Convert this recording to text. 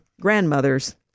grandmother's